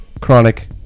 Chronic